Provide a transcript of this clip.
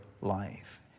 life